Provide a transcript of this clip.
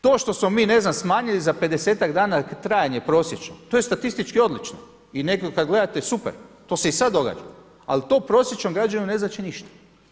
To što smo mi ne znam smanjili za 50-ak dana trajanje prosječno, to je statistički odlično i nekad kada gledate super, to se i sada događa ali to prosječnom građaninu ne znači ništa.